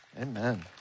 Amen